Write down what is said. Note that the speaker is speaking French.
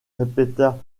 répéta